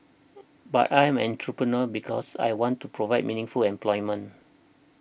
but I'm an entrepreneur because I want to provide meaningful employment